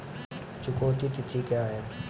चुकौती तिथि क्या है?